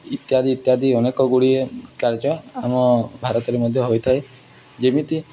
ଇତ୍ୟାଦି ଇତ୍ୟାଦି ଅନେକ ଗୁଡ଼ିଏ କାର୍ଯ୍ୟ ଆମ ଭାରତରେ ମଧ୍ୟ ହୋଇଥାଏ ଯେମିତି